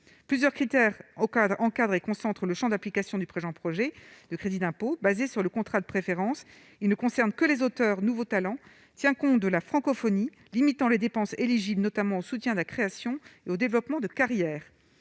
plusieurs critères au Canada encadre concentre le Champ d'application du présent projet le crédit d'impôt basé sur le contrat de préférence, il ne concerne que les auteurs nouveaux talents tient compte de la francophonie, limitant les dépenses éligibles notamment soutien la création et au développement de carrière